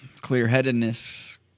clear-headedness